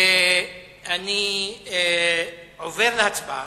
אני עובר להצבעה.